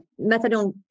methadone